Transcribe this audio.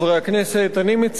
עמיתי חברי הכנסת,